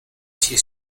few